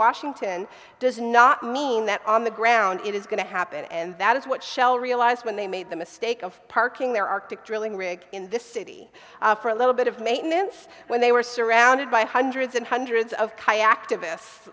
washington does not mean that on the ground it is going to happen and that is what shell realized when they made the mistake of parking their arctic drilling rig in this city for a little bit of maintenance when they were surrounded by hundreds hundreds and of chi activists